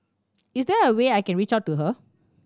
is there a way I can reach out to her